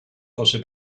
fosse